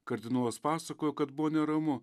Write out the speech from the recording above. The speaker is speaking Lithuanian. kardinolas pasakojo kad buvo neramu